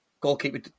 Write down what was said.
Goalkeeper